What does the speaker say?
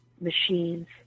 machines